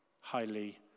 highly